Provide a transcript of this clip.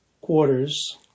quarters